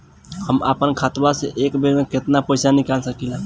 हम आपन खतवा से एक बेर मे केतना पईसा निकाल सकिला?